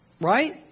Right